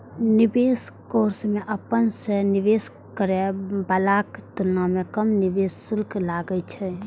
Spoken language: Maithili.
निवेश कोष मे अपना सं निवेश करै बलाक तुलना मे कम निवेश शुल्क लागै छै